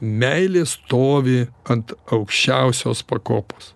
meilė stovi ant aukščiausios pakopos